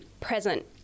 present